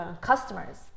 customers